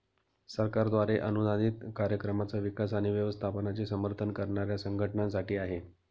सरकारद्वारे अनुदानित कार्यक्रमांचा विकास आणि व्यवस्थापनाचे समर्थन करणाऱ्या संघटनांसाठी आहे